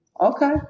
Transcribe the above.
Okay